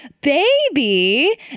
baby